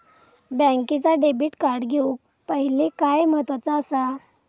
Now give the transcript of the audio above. बँकेचा debit card घेउक पाहिले काय महत्वाचा असा?